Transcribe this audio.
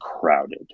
crowded